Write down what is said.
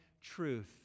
truth